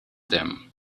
them